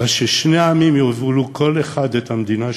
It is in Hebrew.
אבל ששני העמים יובילו כל אחד את המדינה שלו.